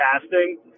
casting